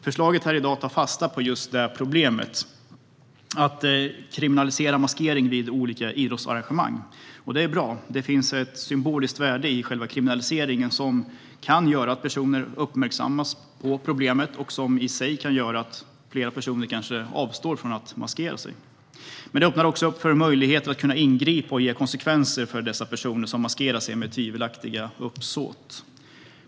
Förslaget här i dag tar fasta på just det problemet och innebär att maskering vid olika idrottsarrangemang kriminaliseras, och det är bra. Det finns ett symboliskt värde i själva kriminaliseringen, som kan göra att fler personer uppmärksammas på problemet och kanske avstår från att maskera sig. Det öppnar också för en möjlighet att ingripa och ge konsekvenser för dessa personer som maskerar sig med tvivelaktiga uppsåt.